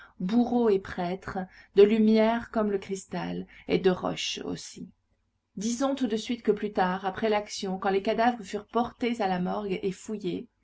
bourreau et prêtre de lumière comme le cristal et de roche aussi disons tout de suite que plus tard après l'action quand les cadavres furent portés à la morgue et fouillés